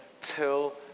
till